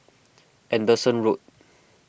Anderson Road